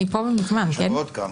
אני פה מזמן, כן?